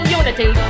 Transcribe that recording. unity